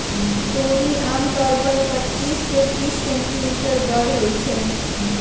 तोरी आमतौर पर पच्चीस से तीस सेंटीमीटर बड़ होई छई